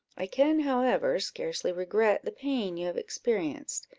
i can, however, scarcely regret the pain you have experienced,